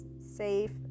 safe